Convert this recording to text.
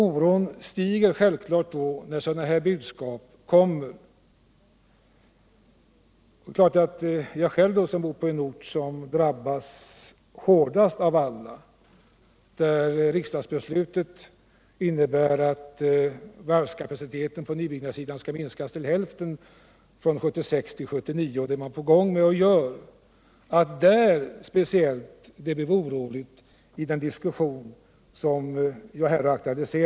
Oron stiger självklart när sådana här budskap kommer. Det är klart att jag själv, som bor på den ort som drabbas hårdast av alla — och där riksdagsbeslutet innebär att varvskapaciteten på nybyggnadssidan från 1976-1979 skall minskas till hälften — blev speciellt orolig där när den diskussionen fördes.